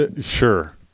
Sure